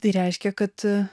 tai reiškia kad